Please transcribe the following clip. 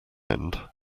end